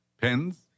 pens